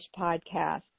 podcast